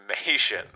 information